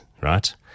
right